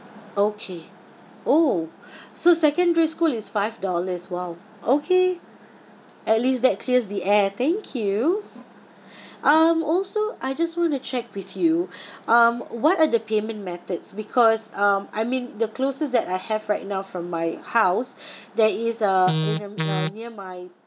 okay oh so secondary school is five dollars !wow! okay at least that clears the air thank you um also I just want to check with you um what are the payment methods because um I mean the closest that I have right now from my house there is a A_M uh near my